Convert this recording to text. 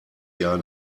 jahr